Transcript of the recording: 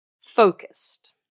focused